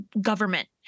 government